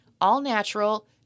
All-natural